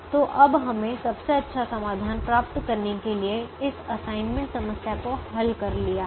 तो अब हमने सबसे अच्छा समाधान प्राप्त करने के लिए इस असाइनमेंट समस्या को हल कर लिया है